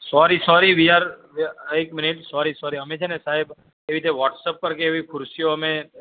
sorry sorry we are એક minute sorry sorry અમે છેને સાહેબ એવી રીતે વોટ્સઅપ પર કે એવી ખુરશીઓ અમે